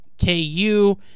KU